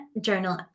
journal